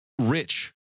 rich